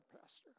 pastor